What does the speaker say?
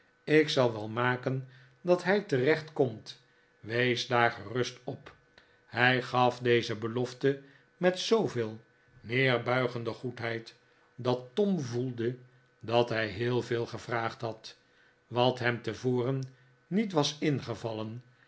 ik zal wel maken dat hij terecht komt wees daar gerust op hij gaf deze belofte met zooveel neerbuigende goedheid dat tom voelde dat hij heel veel gevraagd had wat hem tevoren niet was ingevallen